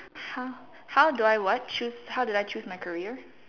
!huh! how do I what choose how did I choose my career